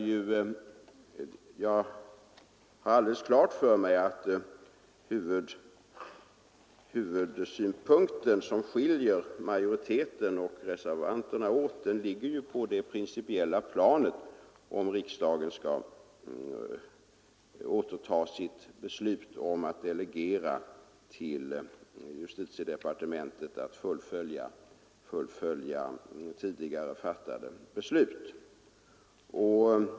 Jag fick helt klart för mig att huvudsynpunkten som skiljer majoriteten och reservanterna åt ligger på det principiella planet, huruvida riksdagen skall återta sitt beslut om att delegera till justitiedepartementet att fullfölja tidigare fattade beslut.